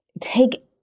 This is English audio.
take